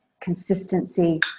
consistency